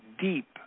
deep